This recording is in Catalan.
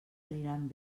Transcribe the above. aniran